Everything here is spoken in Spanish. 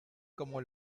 como